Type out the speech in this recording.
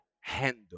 handle